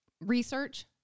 research